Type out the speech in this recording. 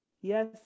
yes